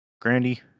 Grandy